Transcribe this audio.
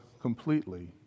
completely